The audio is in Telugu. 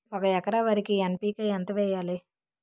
ఒక ఎకర వరికి ఎన్.పి కే ఎంత వేయాలి?